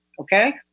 okay